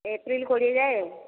April କୋଡ଼ିଏ ଯାଏଁ ଆଉ